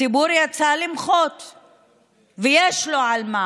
לזכות בתואר יקיר